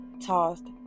tossed